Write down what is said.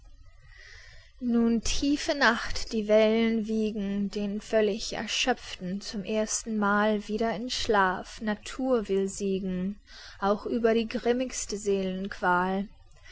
nun tiefe nacht die wellen wiegen den völlig erschöpften zum ersten mal wieder in schlaf natur will siegen auch über die grimmigste